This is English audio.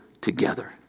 together